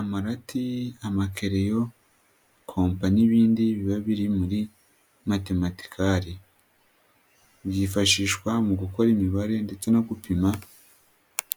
Amarati, amakerereyo, kompa n'ibindi biba biri muri matematicale, byifashishwa mu gukora imibare ndetse no gupima